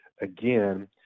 Again